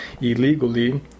illegally